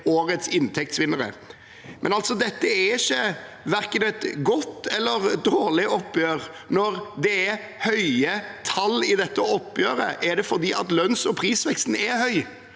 årets inntektsvinnere. Men dette er verken et godt eller et dårlig oppgjør. Når det er høye tall i dette oppgjøret, er det fordi lønns- og prisveksten er høy.